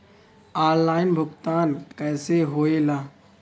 Online भुगतान कैसे होए ला?